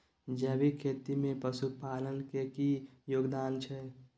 जैविक खेती में पशुपालन के की योगदान छै?